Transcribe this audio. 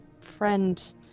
friend